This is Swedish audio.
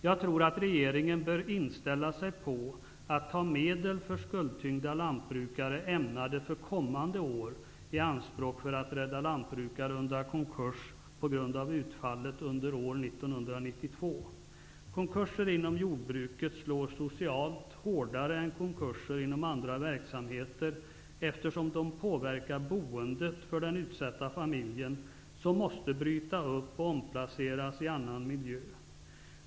Jag tror att regeringen bör inställa sig på att ta medel för skuldtyngda lantbrukare ämnade för kommande år i anspråk för att rädda lantbrukare undan konkurs på grund av utfallet under 1992. Konkurser inom jordbruket slår socialt hårdare än konkurser inom andra verksamheter, eftersom de påverkar boendet för den utsatta familjen, som måste bryta upp och omplaceras i annan miljö.